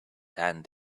hand